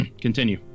continue